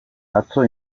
atzo